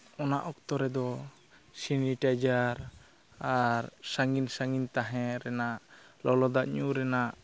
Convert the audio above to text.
ᱚᱱᱟ ᱚᱠᱛᱚ ᱨᱮᱫᱚ ᱥᱮᱱᱤᱴᱟᱭᱡᱟᱨ ᱟᱨ ᱥᱟᱺᱜᱤᱧ ᱥᱟᱺᱜᱤᱧ ᱛᱟᱦᱮᱸ ᱨᱮᱱᱟᱜ ᱞᱚᱞᱚ ᱫᱟᱜ ᱧᱩ ᱨᱮᱱᱟᱜ